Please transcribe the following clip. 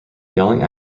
yelling